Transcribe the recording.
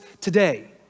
today